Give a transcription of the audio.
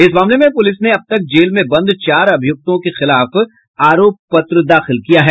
इस मामले में पुलिस ने अब तक जेल में बंद चार अभियुक्तों के खिलाफ आरोप पत्र दाखिल किया है